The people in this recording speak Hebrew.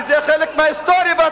הוא צריך לצאת מהאולם.